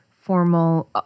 formal